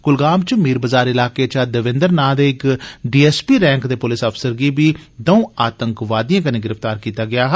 कुलगाम च मीर बजार इलाके चा देवन्दर ना दे इक डीसीपी रैंक दे पुलस अफसर गी बी द'ऊं आतंकवादिए कन्नै गिरफ्तार कीता गेआ ऐ